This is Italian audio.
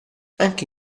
anche